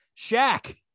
Shaq